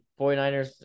49ers